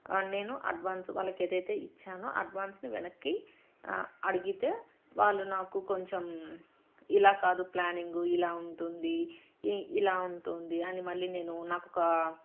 నేను అడ్వాన్స్ వాళ్ళకి ఏదైతే ఇచ్చానో అడ్వాన్స్ని వెనక్కి అడిగితే వాళ్ళు నాకు కొంచెం ఇలా కాదు ప్లానింగు ఇలా ఉంటుంది ఇలా ఉంటుంది అని మళ్ళీ నేను నాకు ఒక